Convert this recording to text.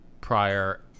prior